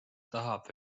tahab